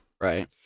Right